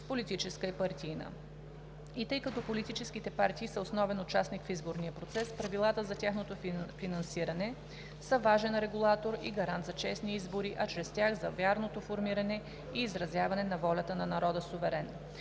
политическа и партийна. И тъй като политическите партии са основен участник в изборния процес, правилата за тяхното финансиране са важен регулатор и гарант за честни избори, а чрез тях – за вярното формиране и изразяване на волята на народа – суверен.